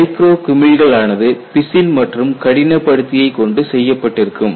micro குமிழ்கள் ஆனது பிசின் மற்றும் கடினப்படுத்தியைக் கொண்டு செய்யப்பட்டிருக்கும்